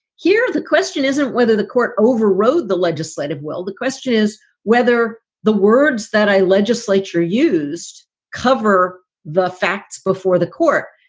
here the question isn't whether the court overrode the legislative well. the question is whether the words that a legislature used cover the facts before the court.